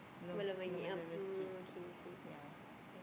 belum belum ada rezeki yeah